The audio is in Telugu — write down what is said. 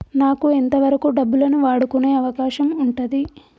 నాకు ఎంత వరకు డబ్బులను వాడుకునే అవకాశం ఉంటది?